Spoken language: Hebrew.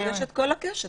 יש כל הקשת.